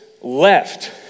left